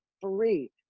Free